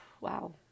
Wow